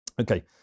Okay